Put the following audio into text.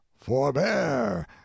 forbear